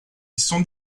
sont